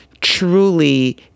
truly